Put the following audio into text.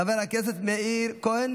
חבר הכנסת מאיר כהן